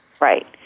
Right